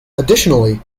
additionally